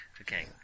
Okay